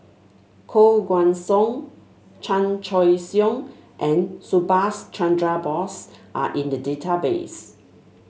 Koh Guan Song Chan Choy Siong and Subhas Chandra Bose are in the database